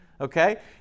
Okay